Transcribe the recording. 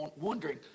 wondering